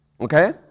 Okay